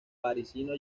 parisino